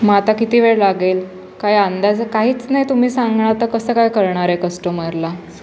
मग आता किती वेळ लागेल काय अंदाज काहीच नाही तुम्ही सांगणार तर कसं काय कळणार आहे कस्टमरला